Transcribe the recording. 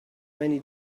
many